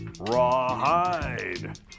Rawhide